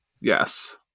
Yes